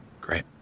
Great